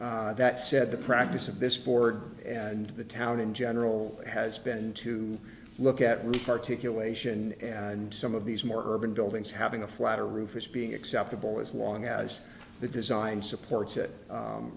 that said the practice of this board and the town in general has been to look at rick articulation and some of these more urban buildings having a flatter roof is being acceptable as long as the design supports it